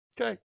Okay